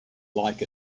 like